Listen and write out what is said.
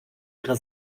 ihre